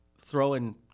throwing